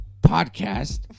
podcast